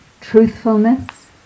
truthfulness